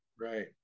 right